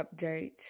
update